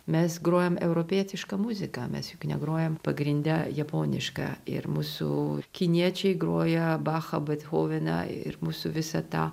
mes grojam europietišką muziką mes juk negrojam pagrinde japonišką ir mūsų kiniečiai groja bachą bethoveną ir mūsų visą tą